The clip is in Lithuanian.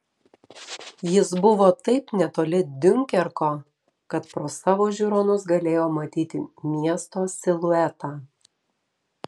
jis buvo taip netoli diunkerko kad pro savo žiūronus galėjo matyti miesto siluetą